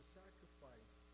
sacrifice